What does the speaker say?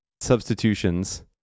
substitutions